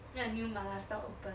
then a new 麻辣 stall open